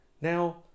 now